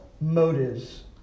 motives